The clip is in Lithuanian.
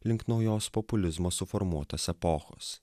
link naujos populizmo suformuotos epochos